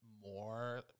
more